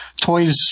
toys